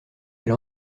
elle